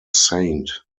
saint